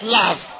love